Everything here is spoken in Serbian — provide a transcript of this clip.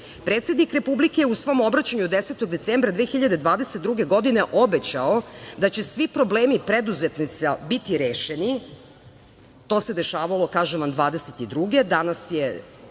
zarade. Predsednik Republike je u svom obraćanju 10. decembra 2022. godine obećao da će svi problemi preduzetnika biti rešeni. To se dešavalo, kažem vam, 2022. godine.